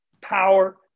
power